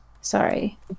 Sorry